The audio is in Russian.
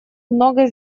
многое